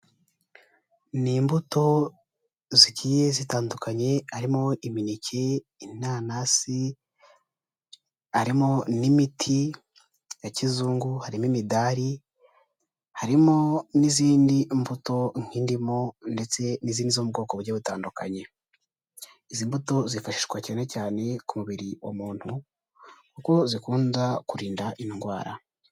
Ni imbuto zigiye zitandukanye, harimo imineke, inanasi, harimo n'imiti ya kizungu, harimo imidari, harimo n'izindi mbuto nk'indimu, ndetse n'izindi zo mu bwoko bugiye butandukanye. Izi mbuto zifashishwa cyane cyane ku mubiri wa muntu, kuko zikunda kurinda indwara.